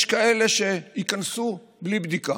יש כאלה שייכנסו בלי בדיקה,